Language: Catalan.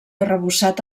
arrebossat